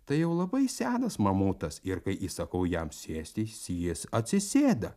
tai jau labai senas mamutas ir kai įsakau jam sėstis jis atsisėda